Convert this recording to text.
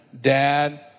dad